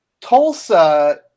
Tulsa